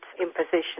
imposition